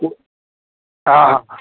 हा